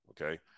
Okay